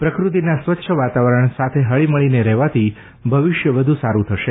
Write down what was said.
પ્રકૃતિના સ્વચ્છ વાતાવરણ સાથે હળીમળીને રહેવાથી ભવિષ્ય વધુ સારુ થશે